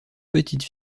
petite